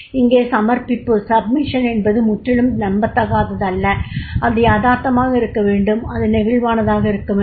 இங்கே சமர்ப்பிப்பு என்பது முற்றிலும் நம்பத்தகாதது அல்ல அது யதார்த்தமாக இருக்க வேண்டும் அது நெகிழ்வானதாக இருக்க வேண்டும்